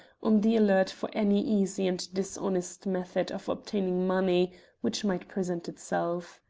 on the alert for any easy and dishonest method of obtaining money which might present itself.